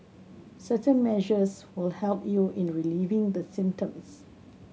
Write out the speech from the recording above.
certain measures will help you in relieving the symptoms